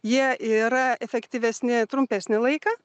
jie yra efektyvesni trumpesnį laiką